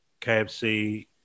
KFC